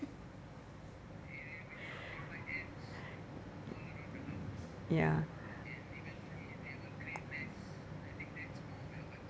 ya